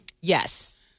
Yes